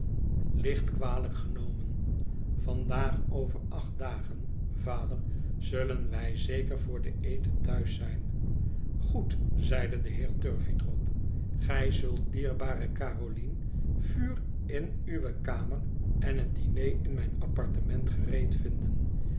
licht kwalijk genomen vandaag over acht dagen vader zullen wij zeker voor den eten thuis zijn goed zeide de heer turveydrop gij zult dierbare caroline vuur in uwe kamer en het diner in mijn apartement gereed vinden